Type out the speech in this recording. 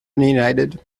united